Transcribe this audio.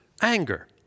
anger